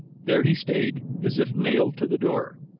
there he stayed as if nailed to the door.